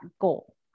goal